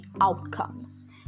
outcome